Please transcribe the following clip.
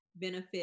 benefit